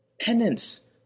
penance